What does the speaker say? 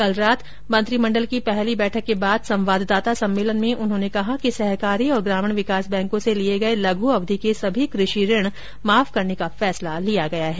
कल रात मंत्रिमण्डल की पहली बैठक के बाद संवाददाता सम्मेलन में उन्होंने कहा कि सहकारी और ग्रामीण विकास बैंकों से लिए गए लघ् अवधि के सभी कृषि ऋण माफ करने का फैसला लिया गया है